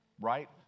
right